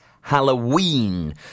halloween